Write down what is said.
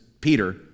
Peter